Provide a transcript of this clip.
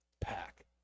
pack